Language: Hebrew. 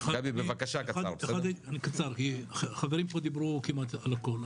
אהיה קצר כי החברים פה דיברו כמעט על הכל.